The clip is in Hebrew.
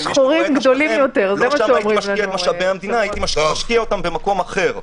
משאבי המדינה אלא משקיע אותם במקום אחר.